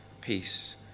peace